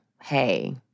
hey